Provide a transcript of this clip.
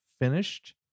finished